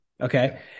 Okay